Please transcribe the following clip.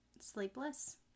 sleepless